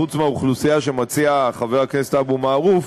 חוץ מהאוכלוסייה שמציע חבר הכנסת אבו מערוף,